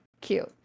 cute